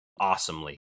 awesomely